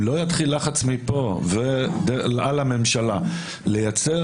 אם לא יתחיל לחץ מפה על הממשלה לייצר